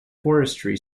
forestry